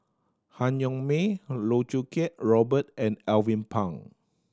Han Yong May Loh Choo Kiat Robert and Alvin Pang